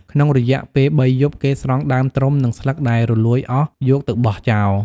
ក្នុងរយៈពេលបីយប់ គេស្រង់ដើមត្រុំ និងស្លឹកដែលរលួយអស់យកទៅបោះចោល។